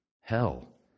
hell